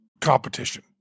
competition